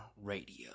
Radio